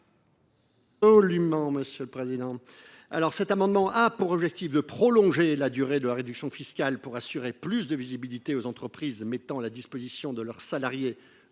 Cet amendement a pour objet de prolonger la réduction fiscale existante pour donner plus de visibilité aux entreprises mettant à la disposition de leurs salariés